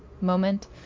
moment